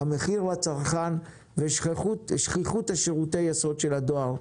המחיר לצרכן ושכיחות שירותי היסוד של הדואר,